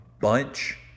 Bunch